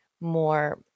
more